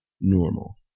normal